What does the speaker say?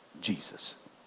Jesus